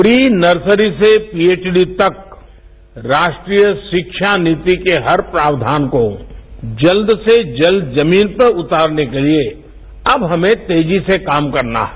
pre nursery से PhD तक राष्ट्रीय शिक्षा नीति के हर प्रावधान को जल्द से जल्द जमीन पर उतारने के लिए अब हमें तेजी से काम करना है